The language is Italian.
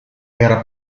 era